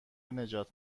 نجات